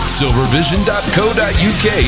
silvervision.co.uk